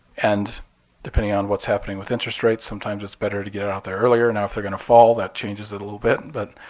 and depending on what's happening with interest rates, sometimes it's better to get it out there earlier. now, if going to fall that changes it a little bit, but